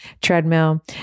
treadmill